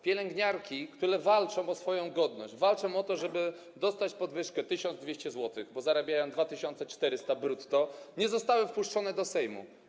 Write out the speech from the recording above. Pielęgniarki, które walczą o swoją godność, walczą o to, żeby dostać podwyżkę 1200 zł, bo zarabiają 2400 brutto, nie zostały wpuszczone do Sejmu.